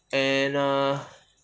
and err